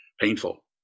painful